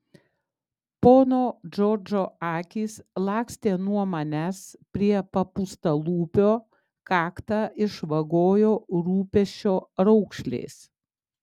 pono džordžo akys lakstė nuo manęs prie papūstalūpio kaktą išvagojo rūpesčio raukšlės